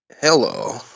Hello